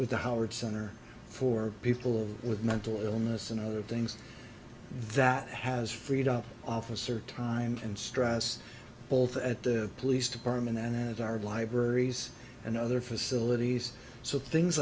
with the howard center for people with mental illness and other things that has freed up officer time and stress both at the police department and our libraries and other facilities so things